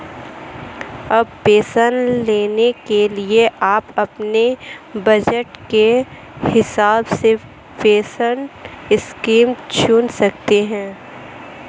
अब पेंशन लेने के लिए आप अपने बज़ट के हिसाब से पेंशन स्कीम चुन सकते हो